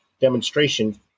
demonstration